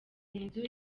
inzu